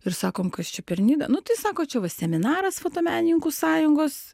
ir sakom kas čia per nida nu tai sako čia va seminaras fotomenininkų sąjungos